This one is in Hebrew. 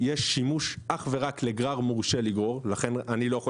שאך ורק לגרר מורשה יש שימוש לגרור לכן אני לא יכול